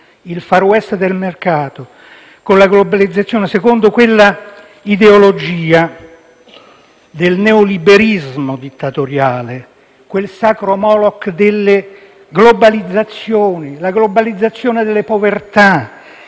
del *far west* del mercato e della globalizzazione, secondo quella ideologia del neoliberismo dittatoriale, il sacro *Moloch* delle globalizzazioni. La globalizzazione della povertà,